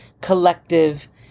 collective